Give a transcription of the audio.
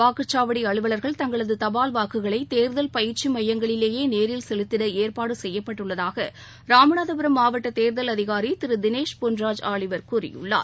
வாக்குச்சாவடி அலுவலர்கள் தங்களது தபால் வாக்குகளை தேர்தல் பயிற்சி மையங்களிலேயே நேரில் செலுத்திட ஏற்பாடு செய்யப்பட்டுள்ளதாக ராமநாதபுரம் மாவட்ட தேர்தல் அதிகாரி திரு தினேஷ் பொன்ராஜ் ஆலிவர் கூறியுள்ளார்